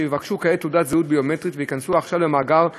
יבקשו כעת תעודת זהות ביומטרית וייכנסו למאגר עכשיו,